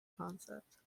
concept